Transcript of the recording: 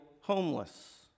homeless